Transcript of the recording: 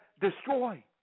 destroy